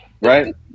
Right